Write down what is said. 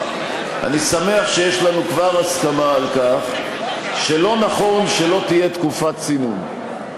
אני שמח שיש לנו כבר הסכמה על כך שלא נכון שלא תהיה תקופת צינון.